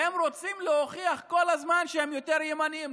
והם רוצים להוכיח כל הזמן שהם יותר ימניים.